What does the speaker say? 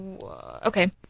okay